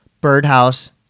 birdhouse